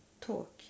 talk